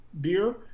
beer